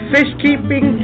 Fishkeeping